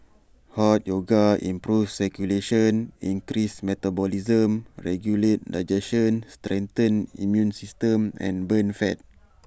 hot yoga improves circulation increases metabolism regulates digestion strengthens the immune system and burns fat